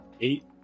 eight